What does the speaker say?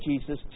Jesus